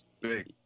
big